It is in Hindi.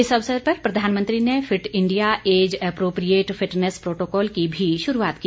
इस अवसर पर प्रधानमंत्री ने fit India age appropriate fitness protocol की भी शुरूआत की